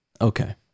Okay